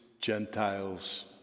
Gentiles